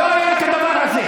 לא היה כדבר הזה.